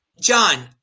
John